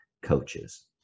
coaches